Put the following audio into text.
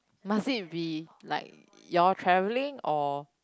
must it be like you all travelling or